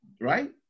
right